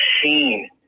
machine